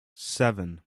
seven